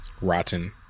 Rotten